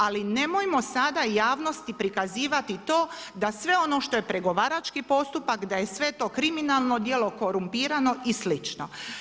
Ali nemojmo sada javnosti prikazivati to da sve ono što je pregovarački postupak, da je sve to kriminalno djelo korumpirano i slično.